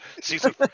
season